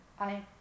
I